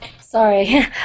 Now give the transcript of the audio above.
Sorry